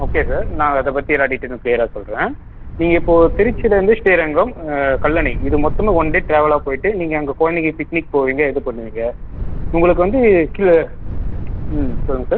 okay sir நான் அதை பற்றி எல்லா டீட்டெயிலும் கிளியராக சொல்கிறேன் நீங்கள் இப்போது திருச்சிலேந்து ஸ்ரீரங்கம் கல்லணை இது மட்டுமே ஒன் டே ட்ராவலா போயிட்டு நீங்கள் அங்கே குழந்தைங்க பிக்னிக் போவீங்க எது பண்ணுவீங்க உங்களுக்கு வந்து ம் சொல்லுங்கள் சார்